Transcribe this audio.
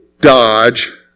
Dodge